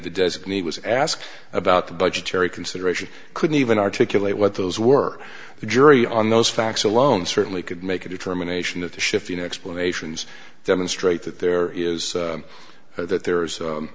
the designate was asked about the budgetary consideration couldn't even articulate what those were the jury on those facts alone certainly could make a determination that the shifting explanations demonstrate that there is that there